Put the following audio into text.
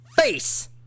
face